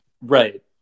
Right